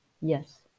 Yes